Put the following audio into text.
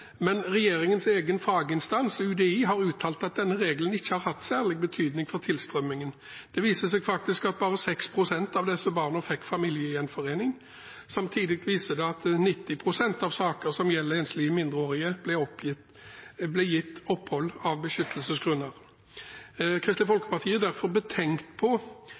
Men regjeringens egen faginstans UDI har uttalt at dette ikke har hatt noen særlig betydning for tilstrømmingen. Det viser seg faktisk at bare 6 pst. av disse barna fikk familiegjenforening. Samtidig viser det seg at i 90 pst. av saker som gjelder enslige mindreårige, blir de gitt opphold av beskyttelsesgrunner. Kristelig Folkeparti er derfor betenkt